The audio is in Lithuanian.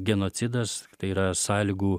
genocidas tai yra sąlygų